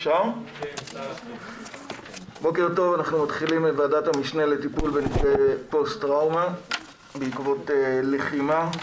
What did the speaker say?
אנחנו מתחילים את ועדת המשנה לטיפול בנפגעי פוסט טראומה בעקבות לחימה,